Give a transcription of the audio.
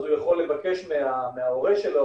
אז הוא יכול לבקש מההורה שלו,